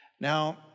Now